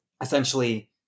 essentially